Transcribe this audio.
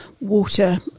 water